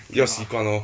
要习惯 lor